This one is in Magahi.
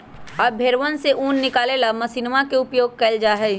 अब भेंड़वन से ऊन निकाले ला मशीनवा के उपयोग कइल जाहई